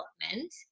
development